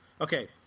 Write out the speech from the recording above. Okay